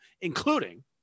including